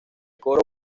coro